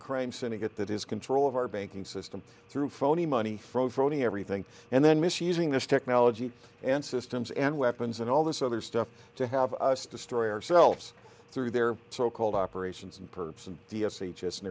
crime syndicate that is control of our banking system through phony money from voting everything and then misusing this technology and systems and weapons and all this other stuff to have us destroy ourselves through their so called operations and perps and d s h us and